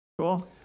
Cool